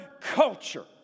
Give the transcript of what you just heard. culture